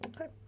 Okay